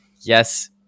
Yes